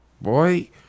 Boy